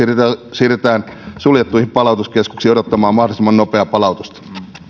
siirretään suljettuihin palautuskeskuksiin odottamaan mahdollisimman nopeaa palautusta